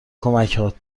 کمکهات